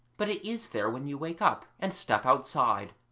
but it is there when you wake up and step outside.